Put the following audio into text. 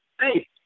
Hey